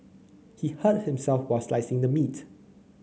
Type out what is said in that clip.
he hurt himself while slicing the meat